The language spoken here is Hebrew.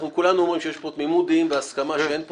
אנחנו כולנו אומרים שיש פה תמימות דעים והסכמה שאין פה